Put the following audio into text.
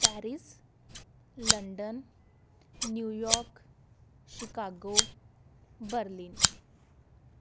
Paris London New York Chicago Berlin